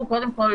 קודם כל,